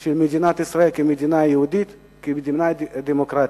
של מדינת ישראל כמדינה יהודית, כמדינה דמוקרטית.